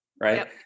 right